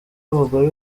abagore